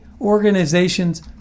organizations